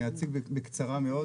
(באמצעות מצגת) אני אציג בקצרה מאוד,